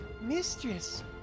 Mistress